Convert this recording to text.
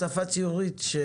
בשפה ציורית,